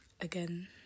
again